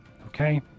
Okay